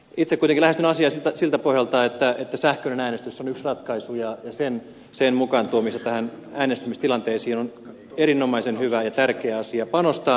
itse kuitenkin lähestyn asiaa siltä pohjalta että sähköinen äänestys on yksi ratkaisu ja sen mukaan tuomiseen äänestystilanteisiin on erinomaisen hyvä ja tärkeä panostaa